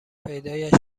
پیدایش